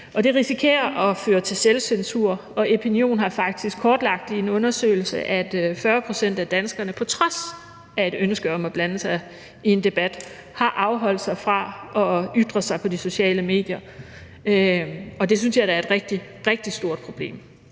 kan risikere at føre til selvcensur. Epinion har faktisk i en undersøgelse kortlagt, at 40 pct. af danskerne – på trods af et ønske om at blande sig i en debat – har afholdt sig fra at ytre sig på de sociale medier, og det synes jeg da er et rigtig, rigtig stort problem.